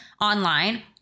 online